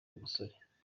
umusore